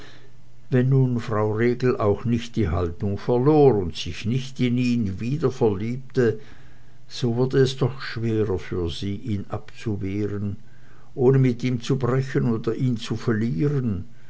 wenn nun frau regel auch nicht die haltung verlor und sich in ihn nicht wieder verliebte so wurde es doch schwerer für sie ihn abzuwehren ohne mit ihm zu brechen und ihn zu verlieren